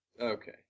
Okay